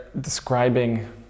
describing